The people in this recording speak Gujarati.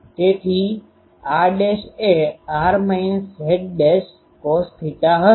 તેથી r' એ r Z'cosθ હશે